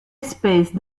espèce